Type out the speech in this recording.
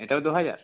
এটাও দুহাজার